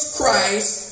Christ